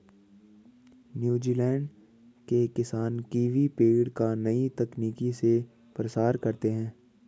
New Zealand के किसान kiwi पेड़ का नई तकनीक से प्रसार करते हैं